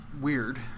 weird